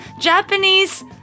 Japanese